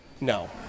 No